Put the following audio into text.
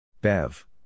Bev